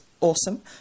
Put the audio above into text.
awesome